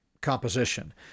composition